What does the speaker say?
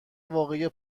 واقعی